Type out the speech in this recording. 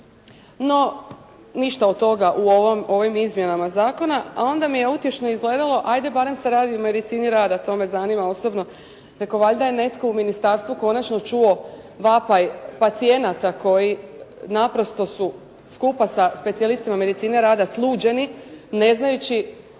No, ništa od toga u ovim izmjenama zakona a onda mi je utješno izgledalo, ajde barem se radi o medicini rada, to me zanima ozbiljno, reko', valjda je netko u ministarstvu konačno čuo vapaj pacijenata koji naprosto su skupa sa specijalistima medicine rada sluđeni ne znajući